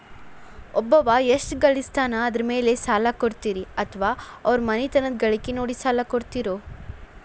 ಒಬ್ಬವ ಎಷ್ಟ ಗಳಿಸ್ತಾನ ಅದರ ಮೇಲೆ ಸಾಲ ಕೊಡ್ತೇರಿ ಅಥವಾ ಅವರ ಮನಿತನದ ಗಳಿಕಿ ನೋಡಿ ಸಾಲ ಕೊಡ್ತಿರೋ?